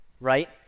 right